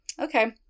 okay